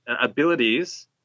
abilities